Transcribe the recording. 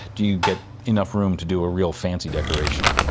do you get enough room to do a real fancy decoration.